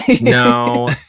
No